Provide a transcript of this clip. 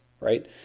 right